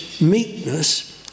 meekness